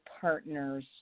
partners